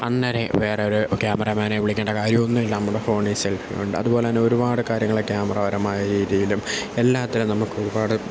അന്നേരം വേറെ ഒരു ക്യാമറമാനേ വിളിക്കേണ്ട കാര്യമൊന്നുമില്ല നമ്മുടെ ഫോണിൽ സെൽഫുണ്ട് അതുപോലെത്തന്നെ ഒരുപാട് കാര്യങ്ങൾ ക്യാമറപരമായ രീതിയിലും എല്ലാത്തിലും നമുക്കൊരുപാട്